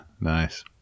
nice